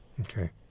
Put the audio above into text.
okay